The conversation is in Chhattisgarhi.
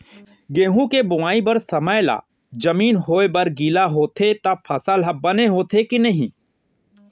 गेहूँ के बोआई बर समय ला जमीन होये बर गिला होथे त फसल ह बने होथे की नही?